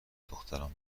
دختران